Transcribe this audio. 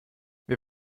wir